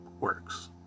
works